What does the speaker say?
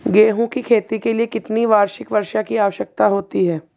गेहूँ की खेती के लिए कितनी वार्षिक वर्षा की आवश्यकता होती है?